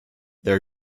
there